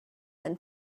than